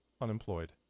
unemployed